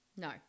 No